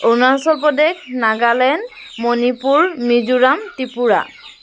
Arunachal Pradesh Nagaland Manipur Mizoram Tripura